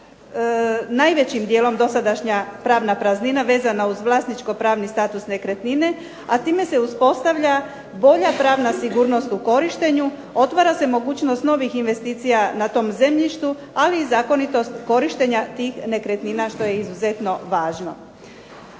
najvećim dijelom dosadašnja pravna praznina vezana uz vlasničko-pravni status nekretnine, a time se uspostavlja bolja pravna sigurnost u korištenju, otvara se mogućnost novih investicija na tom zemljištu, ali i zakonitost korištenja tih nekretnina što je izuzetno važno.